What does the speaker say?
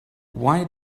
why